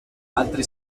altri